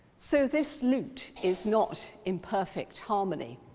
so this lute is not in perfect harmony.